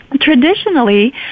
Traditionally